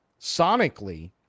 Sonically